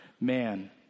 man